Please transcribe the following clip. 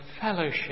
fellowship